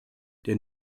der